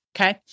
Okay